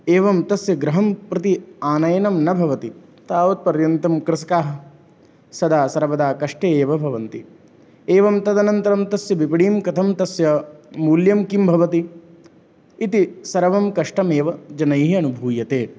एवं तस्य गृहं प्रति आनयनं न भवति तावत्पर्यन्तं कृषकाः सदा सर्वदा कष्टे एव भवन्ति एवं तदनन्तरं तस्य विपणिं कथं तस्य मूल्यं किं भवति इति सर्वं कष्टम् एव जनैः अनुभूयते